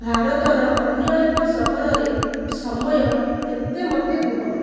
ଭାରତର ଅନ୍ୟ ଏକ ସହରରେ ସମୟ କେତେ ମୋତେ କୁହ